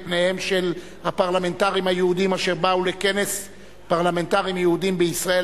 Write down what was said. פניהם של הפרלמנטרים היהודים אשר באו לכנס פרלמנטרים יהודים בישראל,